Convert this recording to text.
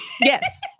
Yes